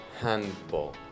Handball